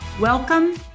Welcome